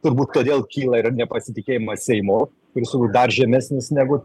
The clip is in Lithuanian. turbūt todėl kyla ir nepasitikėjimas seimu ir su dar žemesnis negu